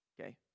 okay